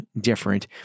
different